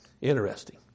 Interesting